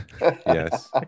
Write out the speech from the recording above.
Yes